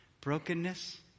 brokenness